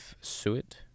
suet